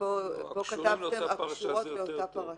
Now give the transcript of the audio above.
ופה כתבתם "הקשורות לאותה פרשה".